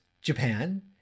Japan